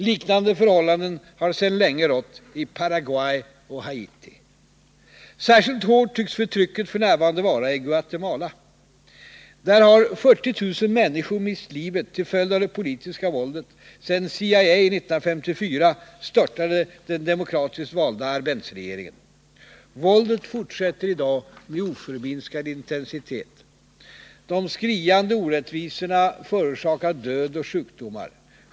Liknande förhållanden har sedan länge rått i Paraguay och Haiti. Särskilt hårt tycks förtrycket f.n. vara i Guatemala. Där har 40 000 människor mist livet till följd av det politiska våldet sedan CIA 1954 störtade den demokratiskt valda Arbenzregéringen. Våldet fortsätter i dag med oförminskad intensitet. De skriande orättvisorna förorsakar död och sjukdomar.